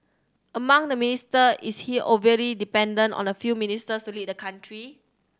among the minister is he overly dependent on a few ministers to lead the country